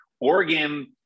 Oregon